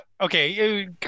Okay